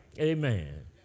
amen